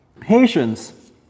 Patience